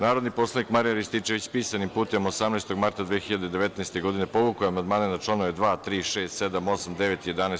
Narodni poslanik Marijan Rističević, pisanim putem 18. marta 2019. godine, povukao je amandmane na članove: 2, 3, 6, 7, 8, 9. i 11.